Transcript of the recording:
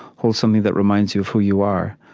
hold something that reminds you of who you are.